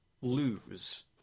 lose